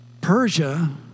Persia